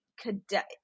cadet